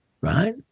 Right